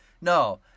No